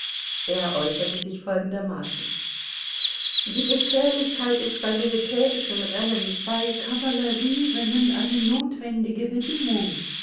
er äußerte sich folgendermaßen die gefährlichkeit ist bei militärischen rennen bei kavallerierennen eine notwendige bedingung